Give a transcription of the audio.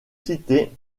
citer